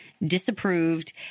disapproved